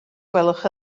gwelwch